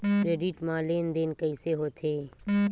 Credit मा लेन देन कइसे होथे?